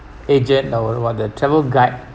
agent or what the travel guide